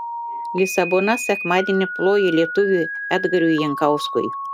lisabona sekmadienį plojo lietuviui edgarui jankauskui